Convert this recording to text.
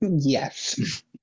Yes